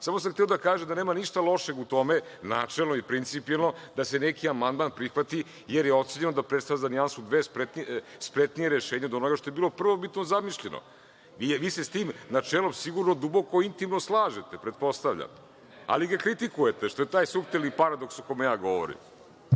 sam hteo da kažem da nema ništa loše u tome, načelno i principijelno, da se neki amandman prihvati, jer je ocenjeno da predstavlja za nijansu spretnije rešenje od onoga što je bilo prvobitno zamišljeno. Vi se s tim načelom sigurno duboko, intimno slažete, pretpostavljam, ali ga kritikujete što je taj suptilni paradoks o kome ja govorim.